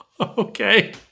Okay